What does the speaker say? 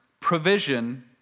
provision